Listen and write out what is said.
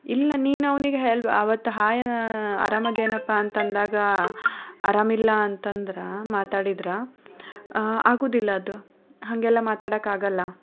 ಇಲ್ಲ ನೀನು ಅವನಿಗೆ ಹೆಲ್ಪ್ ಆವತ್ತು ಹಾಯ್ ಆರಾಮ್ ಅದಿಯೇನಪ್ಪ ಅಂತ ಅಂದಾಗ ಆರಾಮ್ ಇಲ್ಲ ಅಂತ ಅಂದ್ರೆ ಮಾತಾಡಿದ್ರೆ ಆಗುವುದಿಲ್ಲ ಅದು ಹಾಗೆಲ್ಲ ಮಾತಾಡೋಕೆ ಆಗೋಲ್ಲ